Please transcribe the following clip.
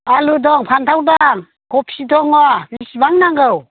आलु दं फानथाव दं कबि दङ बेसेबां नांगौ